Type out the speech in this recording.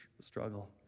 struggle